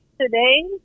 today